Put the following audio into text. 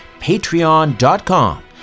patreon.com